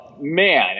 Man